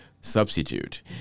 substitute